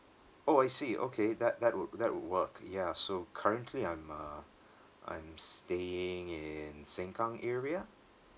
oh I see okay that that would that would work ya so currently I'm uh I'm staying in sengkang area